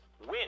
win